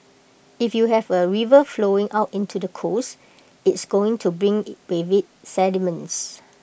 if you have A river flowing out into the coast it's going to bring with IT sediments